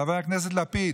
חבר הכנסת לפיד,